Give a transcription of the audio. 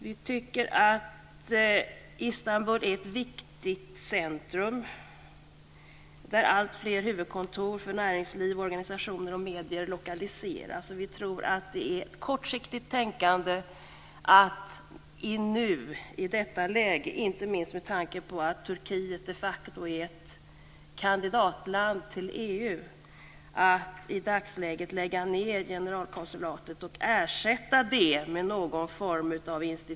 Vi tycker att Istanbul är ett viktigt centrum där alltfler huvudkontor för näringsliv, organisationer och medier lokaliseras. Vi tror att det är kortsiktigt tänkande att i detta läge, inte minst med tanke på att Turkiet de facto är ett kandidatland till EU, lägga ned generalkonsulatet och ersätta det med någon form av institut.